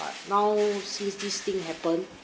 but now since this thing happens